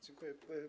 Dziękuję.